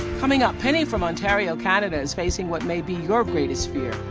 coming up, penny from ontario, canada is facing what may be your greatest fear.